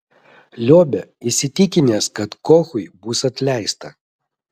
liobė įsitikinęs kad kochui bus atleista